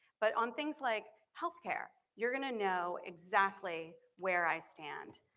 but on things like health care you're gonna know exactly where i stand.